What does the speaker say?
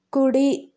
కుడి